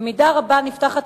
במידה רבה נפתחת,